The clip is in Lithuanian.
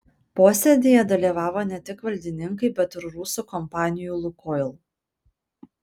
posėdyje dalyvavo ne tik valdininkai bet ir rusų kompanijų lukoil